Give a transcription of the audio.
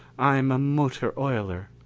i'm a motor oiler.